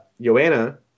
Joanna